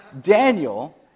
Daniel